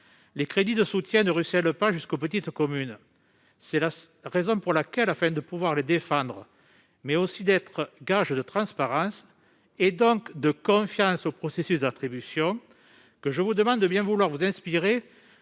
les crédits de soutien ne ruissèlent pas jusqu'aux petites communes ! C'est la raison pour laquelle, afin de pouvoir les défendre, mais aussi d'être gage de transparence, donc de confiance envers le processus d'attribution, je vous demande de bien vouloir vous inspirer